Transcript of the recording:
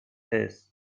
his